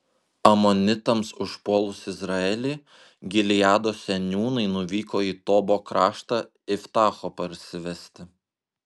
amonitams užpuolus izraelį gileado seniūnai nuvyko į tobo kraštą iftacho parsivesti